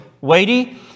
weighty